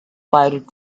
pirate